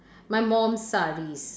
my mum's sarees